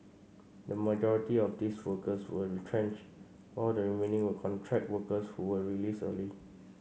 the majority of these workers were retrenched while the remaining were contract workers who were released early